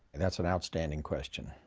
and that's an outstanding question.